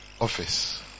office